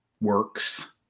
works